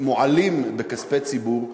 מועלים בכספי ציבור,